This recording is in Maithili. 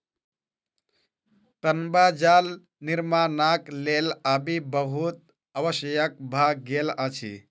तांबा जाल निर्माणक लेल आबि बहुत आवश्यक भ गेल अछि